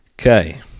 Okay